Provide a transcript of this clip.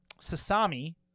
Sasami